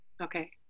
Okay